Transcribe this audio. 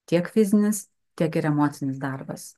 tiek fizinis tiek ir emocinis darbas